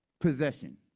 possession